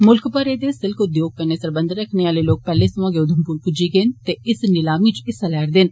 मुल्ख भरै दे सिल्क उद्योग कन्नै सरबंध रक्खने आलें लोग पेहले सोयां गै उधमपुर पुज्जी गे न ते इस निलामी च हिस्सा लै रदे न